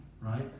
right